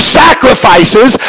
sacrifices